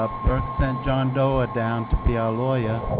ah berk sent jon doa down to be our lawyer.